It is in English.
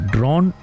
Drawn